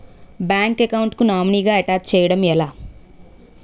Bank account కి nominee గా attach చేయడం ఎలా?